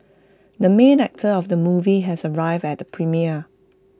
the main actor of the movie has arrived at premiere